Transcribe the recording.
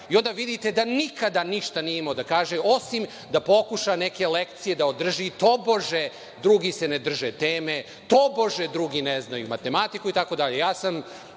i onda vidite da nikada ništa nije imao da kaže, osim da pokuša neke lekcije da održi, tobože drugi se ne drže teme, tobože drugi ne znaju matematiku itd. Pošto